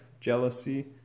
jealousy